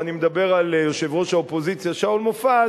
ואני מדבר על יושב-ראש האופוזיציה שאול מופז,